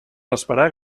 esperar